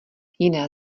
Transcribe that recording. jiná